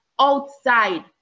outside